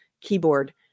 keyboard